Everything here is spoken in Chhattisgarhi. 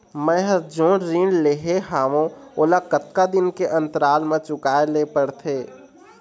मैं हर जोन ऋण लेहे हाओ ओला कतका दिन के अंतराल मा चुकाए ले पड़ते?